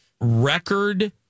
Record